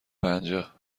پنجاه